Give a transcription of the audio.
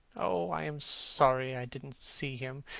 oh! i am sorry i didn't see him.